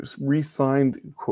re-signed